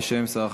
בשם שר החקלאות.